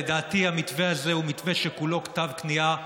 לדעתי הוא מתווה שכולו כתב כניעה,